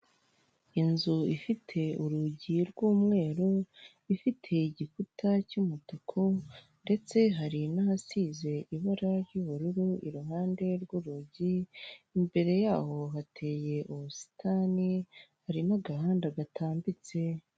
Umuhanda wa kaburimbo urimo umurongo urombereje harimo umugabo ugiye kwambuka n'umumotari uparitse umeze nkaho akuyeho umugenzi n'abamama benshi bahagaze imbere ya kandagira ukarabe, ku nyubako ikikijwe n'igipangu cy'ibyuma iyo nzu yubakishijwe amatafari ahiye n'amategura n'amabati y'ubururu, hafi yayo hari ikigega cyubakishije ibyuma gisa umukara hari n'ibiti birebire.